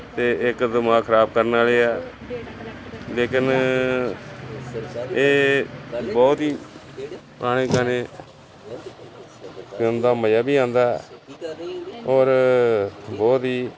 ਅਤੇ ਇੱਕ ਦਿਮਾਗ ਖਰਾਬ ਕਰਨ ਵਾਲੇ ਆ ਲੇਕਿਨ ਇਹ ਬਹੁਤ ਹੀ ਪੁਰਾਣੇ ਗਾਣੇ ਸੁਣਨ ਦਾ ਮਜ਼ਾ ਵੀ ਆਉਂਦਾ ਔਰ ਬਹੁਤ ਹੀ